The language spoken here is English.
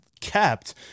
kept